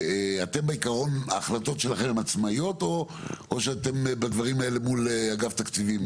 בעיקרון ההחלטות שלכם עצמאיות או שבדברים האלה אתם מול אגף תקציבים,